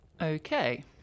Okay